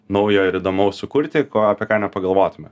naujo ir įdomaus sukurti ko apie ką nepagalvotume